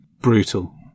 Brutal